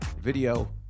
video